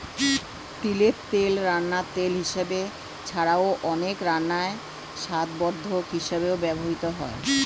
তিলের তেল রান্নার তেল হিসাবে ছাড়াও, অনেক রান্নায় স্বাদবর্ধক হিসাবেও ব্যবহৃত হয়